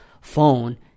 phone